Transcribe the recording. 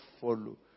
follow